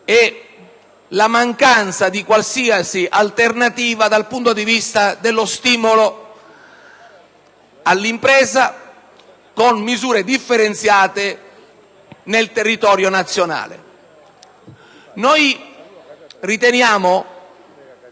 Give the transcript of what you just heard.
della mancanza di qualsiasi alternativa dal punto di vista dello stimolo all'impresa, con misure differenziate sul territorio nazionale.